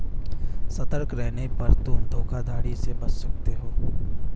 सतर्क रहने पर तुम धोखाधड़ी से बच सकते हो